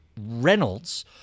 Reynolds